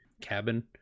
cabin